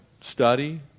study